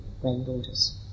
granddaughters